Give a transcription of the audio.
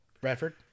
Bradford